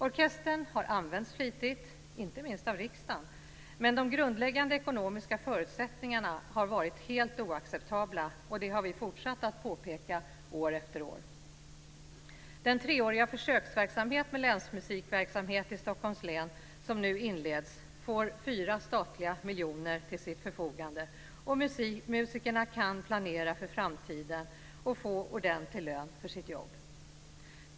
Orkestern har använts flitigt, inte minst av riksdagen, men de grundläggande ekonomiska förutsättningarna har varit helt oacceptabla, vilket vi har fortsatt att påpeka år efter år. Den treåriga försöksverksamhet med länsmusikverksamhet i Stockholms län som nu inleds får fyra statliga miljoner till sitt förfogande, och musikerna kan planera för framtiden och få ordentlig lön för sitt jobb.